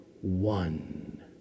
one